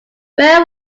where